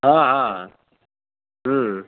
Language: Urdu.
ہاں ہاں